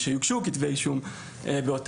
ושיוגשו כתבי אישום באותם